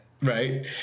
Right